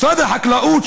משרד החקלאות,